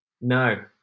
No